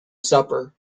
supper